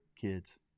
kids